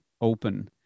open